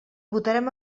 votarem